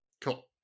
cool